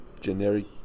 generic